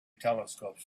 telescopes